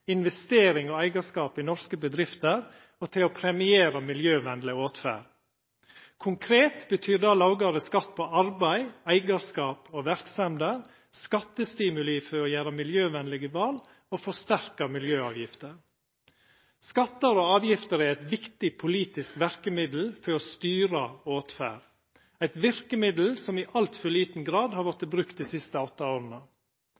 investering og eigarskap i norske bedrifter og til å premiera miljøvenleg åtferd. Konkret betyr det lågare skatt på arbeid, eigarskap og verksemder, skattestimuli for å gjera miljøvenlege val og forsterka miljøavgifter. Skattar og avgifter er eit viktig politisk verkemiddel for å styra åtferd, eit verkemiddel som i altfor liten grad har vorte brukt dei siste åtte åra.